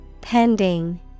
Pending